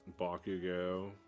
Bakugo